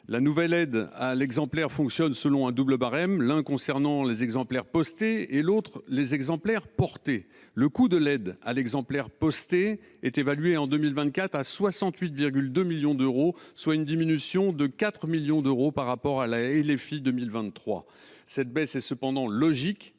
La nouvelle aide à l’exemplaire fonctionne selon un double barème, l’un concernant les exemplaires postés, l’autre les exemplaires portés. En 2024, le coût de l’aide à l’exemplaire posté est évalué à 68,2 millions d’euros, soit une diminution de 4 millions d’euros par rapport à la loi de finances initiale pour 2023. Cette baisse est cependant logique,